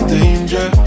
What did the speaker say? danger